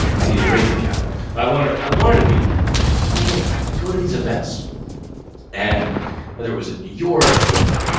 i need to raise the capital. but i wanted i wanted to be the capital because thing is, i would go to these events and whether it was in new york or,